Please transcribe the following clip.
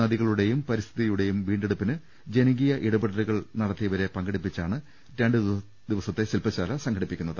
നദികളുടെയും പരിസ്ഥിതിയു ടെയും വീണ്ടെടുപ്പിന് ജനകീയ ഇടപെടലുകൾ നടത്തിയവരെ പങ്കെടുപ്പിച്ചാണ് രണ്ടു ദിവസത്തെ ശില്പശാല സംഘടിപ്പിക്കുന്നത്